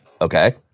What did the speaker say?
okay